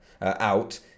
out